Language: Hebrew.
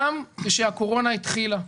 גם כשהקורונה התחילה,